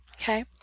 Okay